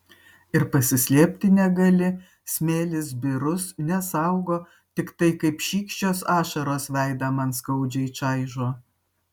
ir pasislėpti negali smėlis birus nesaugo tiktai kaip šykščios ašaros veidą man skaudžiai čaižo